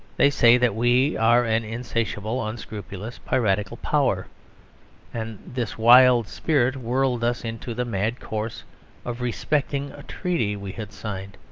they say that we are an insatiable, unscrupulous, piratical power and this wild spirit whirled us into the mad course of respecting a treaty we had signed.